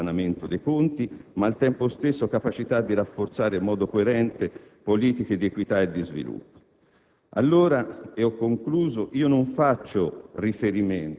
sulla strada che tenga insieme consolidamento del risanamento dei conti, e, al tempo stesso, capacità di rafforzare in modo coerente politiche di equità e sviluppo.